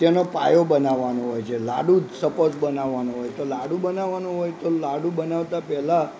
તેનો પાયો બનાવવાનો હોય છે લાડુ સપોસ બનાવવાનો હોય લાડુ બનાવવાનો હોય તો લાડુ બનાવતા પહેલાં